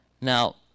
Now